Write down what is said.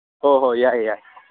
ꯍꯣꯏ ꯍꯣꯏ ꯌꯥꯏ ꯌꯥꯏ